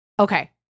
Okay